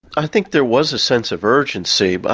i think there was a sense of urgency. but